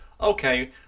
okay